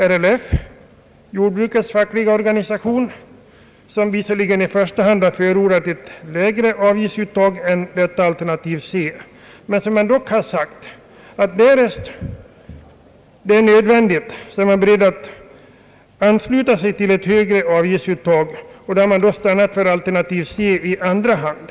RLF, jordbrukets fackliga organisation, förordar visserligen i första hand ett lägre avgiftsuttag men förklarar att därest det är nödvändigt så är RLF berett att ansluta sig till ett högre avgiftsuttag, och man förordar då alternativ C i andra hand.